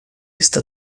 está